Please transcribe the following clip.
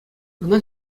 ӑна